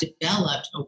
developed